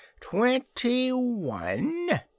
Twenty-one